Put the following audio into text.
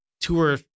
tour